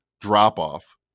drop-off